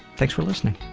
thanks for listening,